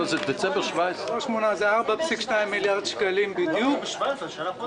זה דצמבר 2017. זה לא דצמבר 2018. זה 4.2 מיליארד שקלים בדיוק שמהווים